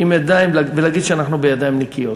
ולהגיד שאנחנו בידיים נקיות,